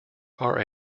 are